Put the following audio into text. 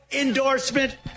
endorsement